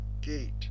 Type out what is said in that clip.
Gate